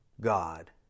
God